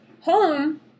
home